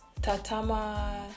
Tatama